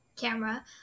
camera